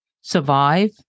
survive